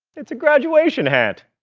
it's a graduation hat.